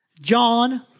John